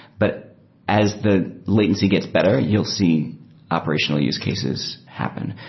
but as the latency gets better, you'll see operational use cases happen,